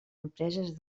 empreses